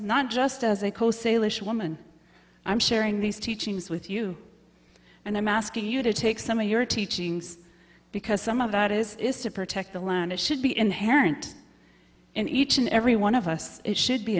issue woman i'm sharing these teachings with you and i'm asking you to take some of your teachings because some of that is is to protect the land it should be inherent in each and every one of us should be